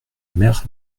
maires